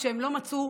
כשהם לא מצאו,